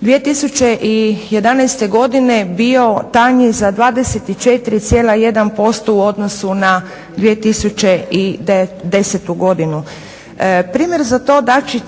2011. godine bio tanji za 24,1% u odnosu na 2010. godinu. Primjer za to